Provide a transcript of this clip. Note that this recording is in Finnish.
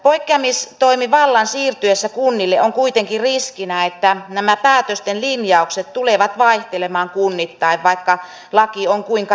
poikkeamistoimivallan siirtyessä kunnille on kuitenkin riskinä että nämä päätösten linjaukset tulevat vaihtelemaan kunnittain vaikka laki on kuinka sama